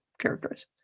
characterize